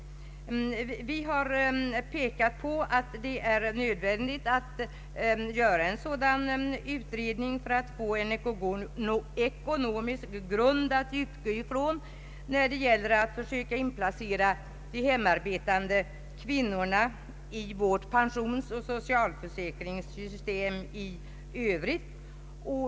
Vi motionärer har pekat på att det är nödvändigt att göra en sådan utredning för att få en grund att utgå ifrån när det gäller att försöka inplacera de hemarbetande kvinnorna i vårt pensionssystem och socialförsäkringssystemet i Övrigt.